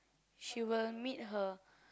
she will meet her